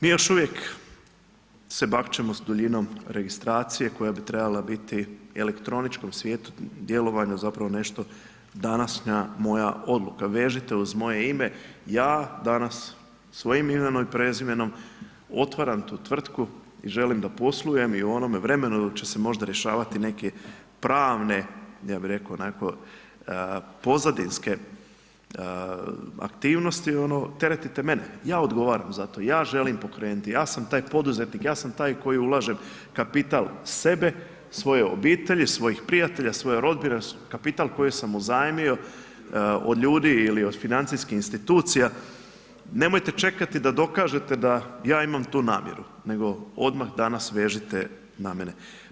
Mi još uvijek se bakćemo sa duljim registracije koja biti trebala biti u elektroničkom svijetu, djelovanju zapravo nešto današnja moja odluka, vežite uz moje ime, ja danas svojim imenom i prezimenom otvaram tu tvrtku i želim da poslujem i u onome vremenu će se možda rješavati neke pravne ja bi rekao onako pozadinske aktivnosti, teretite mene, ja odgovaram za to, ja želim pokrenuti, ja sam taj poduzetnik, ja sam taj koji ulažem kapital sebe, svoje obitelji, svojih prijatelja, svoje rodbine, kapital koji sam uzajmio od ljudi ili od financijskih institucija, nemojte čekati da dokažete da ja imam tu namjeru nego odmah danas vežite na mene.